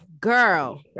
girl